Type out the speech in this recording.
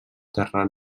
terra